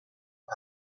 bat